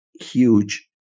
Huge